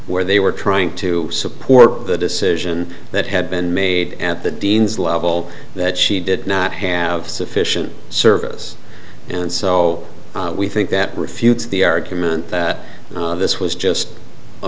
where they were trying to support the decision that had been made at the dean's level that she did not have sufficient service and so we think that refutes the argument that this was just a